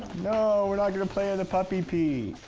no, we're not gonna play in the puppy pee.